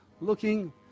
looking